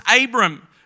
Abram